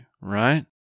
right